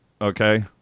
Okay